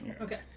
Okay